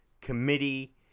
committee